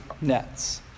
nets